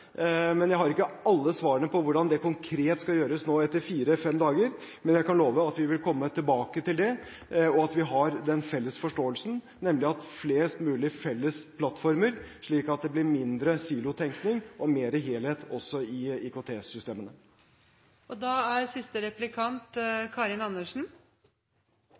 men jeg kan love at vi vil komme tilbake til det, og at vi har den felles forståelsen, nemlig flest mulig felles plattformer, slik at det blir mindre silotenkning og mer helhet også i